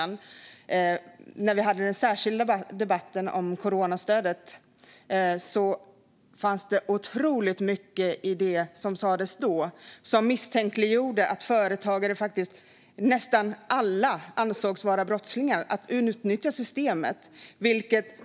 När vi hade den särskilda debatten om coronastödet var det otroligt mycket i det som näringsminister Ibrahim Baylan då sa som misstänkliggjorde företagare. Det var som om nästan alla företagare ansågs vara brottslingar och utnyttja systemet.